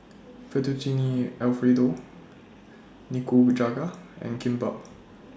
Fettuccine Alfredo Nikujaga and Kimbap